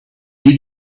you